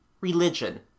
religion